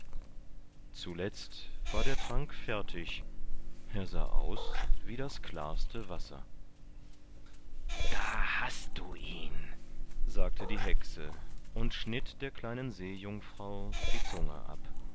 zuletzt war der trank fertig er sah aus wie das klarste wasser da hast du ihn sagte die hexe und schnitt der kleinen seejungfrau die zunge ab